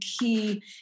key